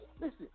Listen